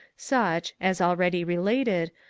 such, as already related,